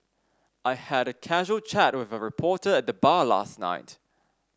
I had a casual chat with a reporter at the bar last night